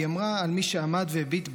היא אמרה על מי שעמד והביט בה: